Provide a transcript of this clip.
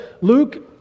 Luke